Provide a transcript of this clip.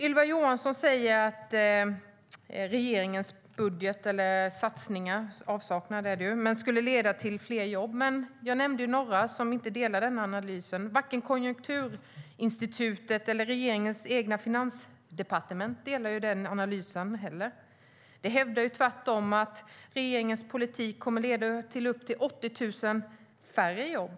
Ylva Johansson säger att regeringens budget eller satsningar - det är ju en avsaknad av dessa - skulle leda till fler jobb. Men jag nämnde några som inte delar den analysen. Varken Konjunkturinstitutet eller regeringens egna finansdepartement delar den analysen. De hävdar tvärtom att regeringens politik kommer att leda till upp till 80 000 färre jobb.